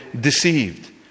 deceived